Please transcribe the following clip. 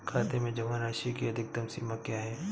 खाते में जमा राशि की अधिकतम सीमा क्या है?